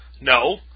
No